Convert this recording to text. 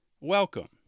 welcome